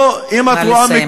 אם את רואה, נא לסיים.